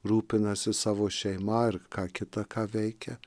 rūpinasi savo šeima ir ką kitą ką veikia